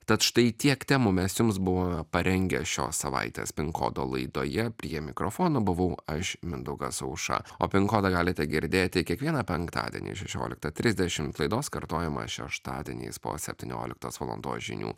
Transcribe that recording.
tad štai tiek temų mes jums buvome parengę šios savaitės pin kodo laidoje prie mikrofono buvau aš mindaugas aušra o pin kodą galite girdėti kiekvieną penktadienį šešioliktą trisdešimt laidos kartojimą šeštadieniais po septynioliktos valandos žinių